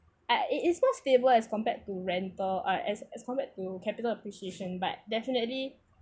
uh it is more stable as compared to rental uh as as compare to capital appreciation but definitely